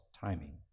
timing